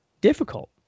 difficult